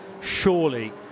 surely